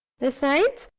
besides,